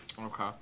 Okay